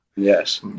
Yes